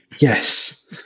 Yes